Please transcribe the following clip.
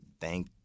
thank